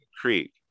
creek